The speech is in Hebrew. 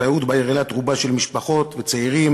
התיירות בעיר אילת רובה של משפחות וצעירים.